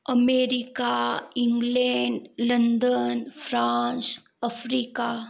America England London France Africa